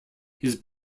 his